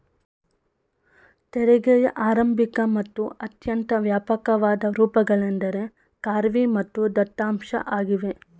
ತೆರಿಗೆಯ ಆರಂಭಿಕ ಮತ್ತು ಅತ್ಯಂತ ವ್ಯಾಪಕವಾದ ರೂಪಗಳೆಂದ್ರೆ ಖಾರ್ವಿ ಮತ್ತು ದತ್ತಾಂಶ ಆಗಿವೆ